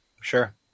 Sure